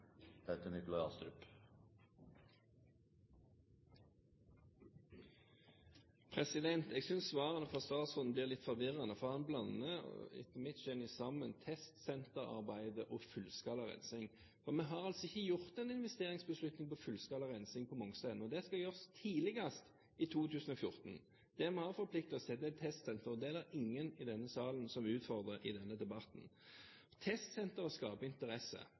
etter mitt skjønn sammen testsenterarbeidet og fullskala rensing. Vi har altså ikke tatt en investeringsbeslutning når det gjelder fullskala rensing på Mongstad ennå. Det skal gjøres tidligst i 2014. Det vi har forpliktet oss til, er et testsenter, og det er det ingen i denne salen som utfordrer i denne debatten. Testsenteret skaper interesse.